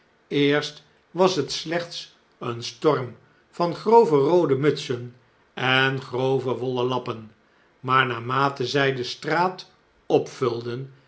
eerst was het slechts een storm van grove roode mutsen en grove wollen lappen maar naarmate zjj de straat opvulden